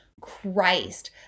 Christ